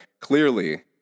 clearly